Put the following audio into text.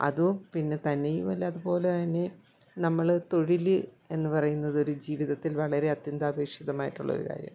അതോ പിന്നെ തന്നെയുമല്ല അതുപോലെ തന്നെ നമ്മൾ തൊഴിൽ എന്നു പറയുന്നത് ഒരു ജീവിതത്തിൽ വളരെ അത്യന്താപേക്ഷിതമായിട്ടുള്ളൊരു കാര്യമാണ്